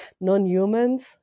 non-humans